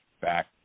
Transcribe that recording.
back